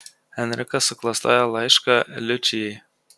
enrikas suklastoja laišką liučijai